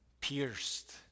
pierced